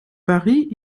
paris